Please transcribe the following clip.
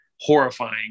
horrifying